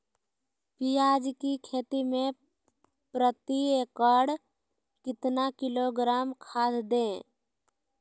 प्याज की खेती में प्रति एकड़ कितना किलोग्राम खाद दे?